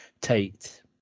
Tate